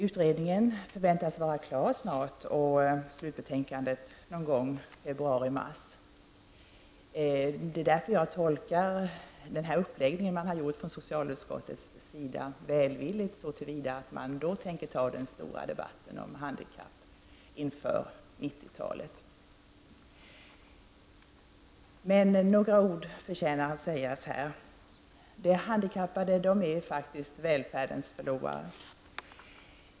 Utredningen väntas snart vara klar, och slutbetänkandet väntas komma någon gång i februari--mars. Jag tolkar därför den uppläggning som socialutskottet har valt välvilligt, nämligen så att man då tänker ta den stora debatten om handikapp inför 1990-talet. Men några ord förtjänar att sägas nu. De handikappade är faktiskt välfärdens förlorare.